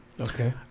Okay